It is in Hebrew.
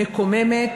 מקוממת,